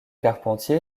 carpentier